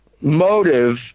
motive